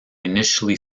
initially